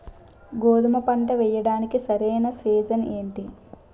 గోధుమపంట వేయడానికి సరైన సీజన్ ఏంటి?